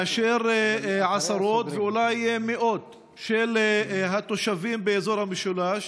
עשרות ואולי מאות של תושבים באזור המשולש